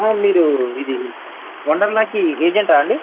మీరు ఇది వండర్లాకి ఏజెంటా అండి